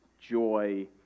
joy